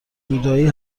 بودایی